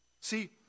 See